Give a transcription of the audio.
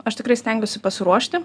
aš tikrai stengiuosi pasiruošti